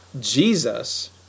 Jesus